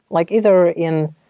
like either in